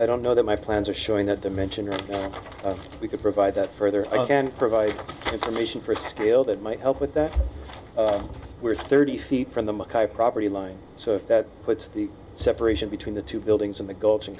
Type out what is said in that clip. i don't know that my plans are showing that dimension or we could provide that further and provide information for steel that might help with that we're thirty feet from the property line so that puts the separation between the two buildings in the g